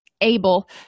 able